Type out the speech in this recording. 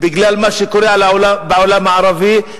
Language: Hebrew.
בגלל מה שקורה בעולם הערבי,